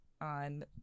on